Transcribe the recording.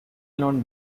known